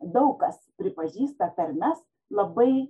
daug kas pripažįsta tarmes labai